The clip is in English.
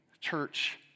church